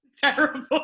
Terrible